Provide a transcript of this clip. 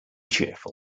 cheerful